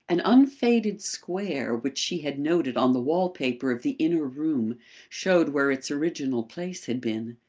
an unfaded square which she had noted on the wall-paper of the inner room showed where its original place had been.